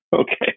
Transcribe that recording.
Okay